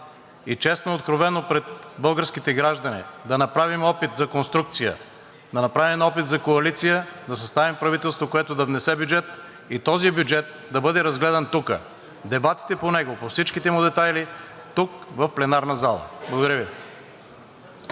и честно и откровено пред българските граждани да направим опит за конструкция, да направим опит за коалиция, да съставим правителство, което да внесе бюджет. Този бюджет да бъде разгледан тук – дебатите по него и по всичките детайли – тук в пленарната зала. Благодаря Ви.